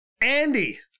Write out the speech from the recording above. Andy